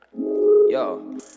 yo